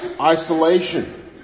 isolation